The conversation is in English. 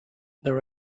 there